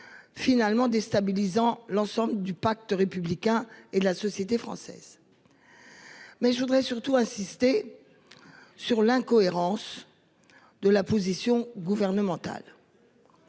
Finalement déstabilisant l'ensemble du pacte républicain et de la société française. Mais je voudrais surtout insister. Sur l'incohérence. De la position gouvernementale.